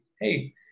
hey